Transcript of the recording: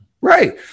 Right